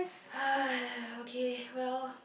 okay well